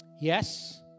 Yes